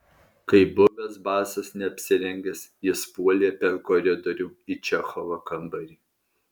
kaip buvęs basas neapsirengęs jis puolė per koridorių į čechovo kambarį